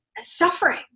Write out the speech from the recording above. suffering